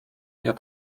ihr